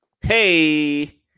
Hey